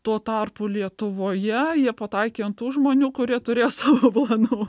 tuo tarpu lietuvoje jie pataikė ant tų žmonių kurie turės savo no